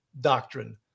doctrine